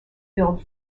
filled